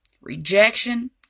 rejection